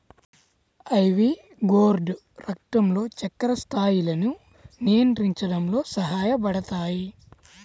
ivy gourd రక్తంలో చక్కెర స్థాయిలను నియంత్రించడంలో సహాయపడతాయి